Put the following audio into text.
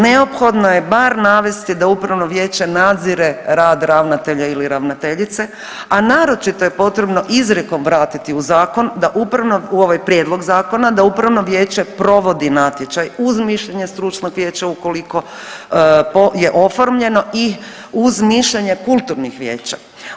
Neophodno je bar navesti da upravno vijeće nadzire rad ravnatelja ili ravnateljice, a naročito je potrebno izrijekom vratiti u zakon, da upravno, u ovaj prijedlog Zakona, da upravno vijeće provodi natječaj uz mišljenje stručnog vijeća ukoliko je oformljeno i uz mišljenje kulturnih vijeća.